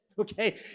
Okay